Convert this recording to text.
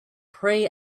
pray